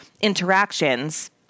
interactions